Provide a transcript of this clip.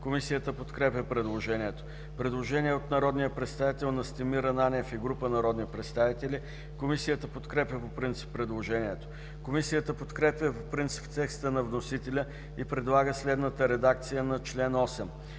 Комисията не подкрепя предложението. Предложение от народния представител Данаил Кирилов и група народни представители. Комисията подкрепя предложението. Комисията подкрепя по принцип текста на вносителя и предлага следната редакция на чл.